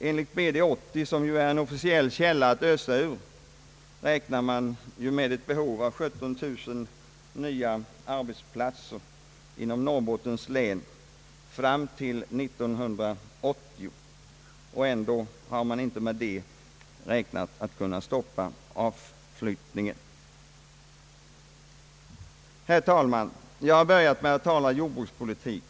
Enligt BD-80, som ju är en officiell källa att ösa ur, räknar man med ett behov av 17 000 nya arbetsplatser fram till 1980, och detta stoppar ändå inte avflyttningen. Herr talman! Jag har börjat med att tala jordbrukspolitik.